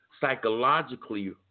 psychologically